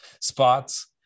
spots